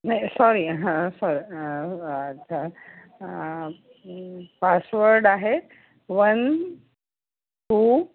नाही सॉरी हां सॉ पासवर्ड आहे वन टू